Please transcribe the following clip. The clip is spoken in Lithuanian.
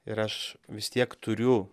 ir aš vis tiek turiu